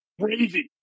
Crazy